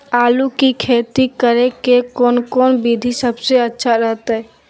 आलू की खेती करें के कौन कौन विधि सबसे अच्छा रहतय?